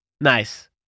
Nice